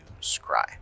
scry